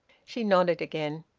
she nodded again.